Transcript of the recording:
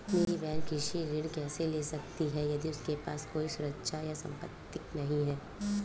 मेरी बहिन कृषि ऋण कैसे ले सकती है यदि उसके पास कोई सुरक्षा या संपार्श्विक नहीं है?